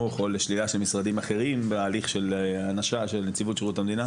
או לשלילה של משרדים אחרים בהליך של הענשה של נציבות שירות המדינה?